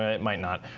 ah it might not.